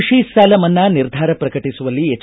ಕೃಷಿ ಸಾಲ ಮನ್ನಾ ನಿರ್ಧಾರ ಪ್ರಕಟಿಸುವಲ್ಲಿ ಎಚ್